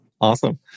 Awesome